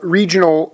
regional